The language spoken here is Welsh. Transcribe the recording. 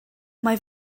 mae